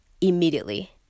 immediately